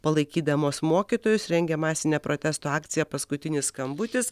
palaikydamos mokytojus rengia masinę protesto akciją paskutinis skambutis